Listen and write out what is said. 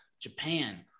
Japan